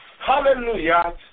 Hallelujah